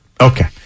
Okay